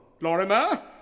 Lorimer